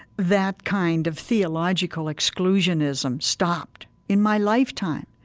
that kind of theological exclusionism stopped in my lifetime.